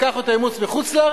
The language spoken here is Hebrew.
לקחנו את האימוץ מחוץ-לארץ,